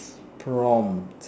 prompt